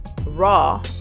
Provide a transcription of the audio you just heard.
raw